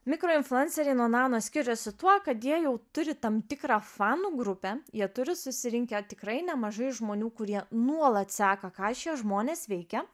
mikroinfluenceriai ir nuo nano skiriasi tuo kad jie jau turi tam tikrą fanų grupę jie turi susirinkę tikrai nemažai žmonių kurie nuolat seka ką šie žmonės veikia